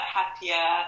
happier